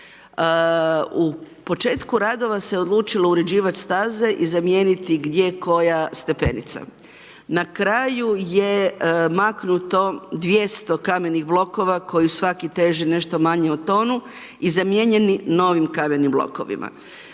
U početku radova se odlučilo uređivati staze i zamijeniti gdje koja stepenica. Na kraju je maknuto 200 kamenih blokova koji svaki teže nešto manje od tonu i zamijenjeni novim kamenim blokovima.